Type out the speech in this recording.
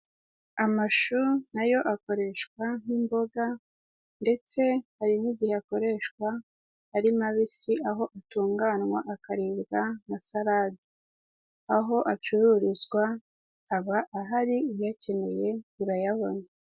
Amashu na yo akoreshwa nk'imboga ndetse hari n'igihe akoreshwa ari mabisi, aho atunganywa akaribwa nka salade, aho acururizwa aba ahari uyakeneye urayabona.